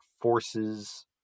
forces